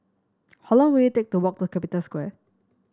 how long will it take to walk to Capital Square